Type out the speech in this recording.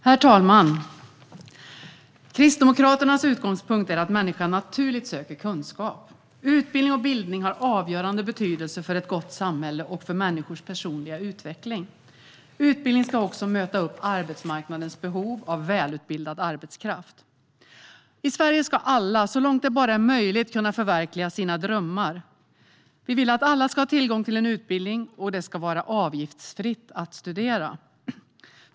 Herr talman! Kristdemokraternas utgångspunkt är att människan naturligt söker kunskap. Utbildning och bildning har avgörande betydelse för ett gott samhälle och för människors personliga utveckling. Utbildning ska också möta arbetsmarknadens behov av välutbildad arbetskraft. I Sverige ska alla - så långt det bara är möjligt - kunna förverkliga sina drömmar. Vi vill att alla ska ha tillgång till utbildning och att det ska vara avgiftsfritt att studera.